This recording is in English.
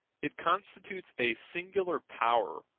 it constitutes a singular power,